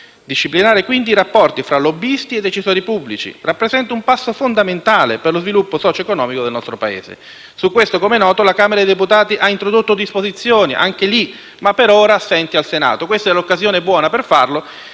Disciplinare, quindi, i rapporti fra lobbisti e decisori pubblici rappresenta un passo fondamentale per lo sviluppo socio-economico del nostro Paese. Su questo, come noto, la Camera dei deputati, anche in quel caso, ha introdotto disposizioni per ora assenti al Senato. Questa è l'occasione buona per farlo,